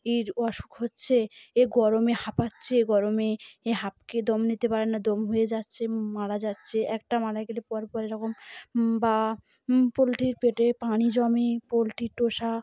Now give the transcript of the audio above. এর অসুখ হচ্ছে এ গরমে হাঁপাচ্ছে গরমে এ হাঁফকে দম নিতে পারে না দম হয়ে যাচ্ছে মারা যাচ্ছে একটা মারা গেলে পর পর এরকম বা পোলট্রির পেটে পানি জমে পোলট্রির টোষা